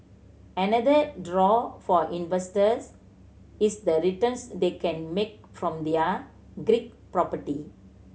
another draw for investors is the returns they can make from their Greek property